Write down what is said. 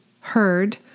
heard